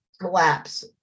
collapse